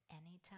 anytime